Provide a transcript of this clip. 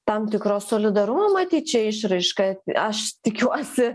tam tikro solidarumo matyt čia išraiška aš tikiuosi